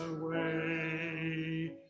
away